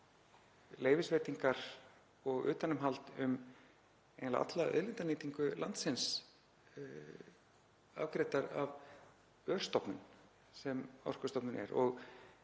leyfisveitingar og utanumhald um eiginlega alla auðlindanýtingu landsins afgreiddar af örstofnun, sem Orkustofnun er.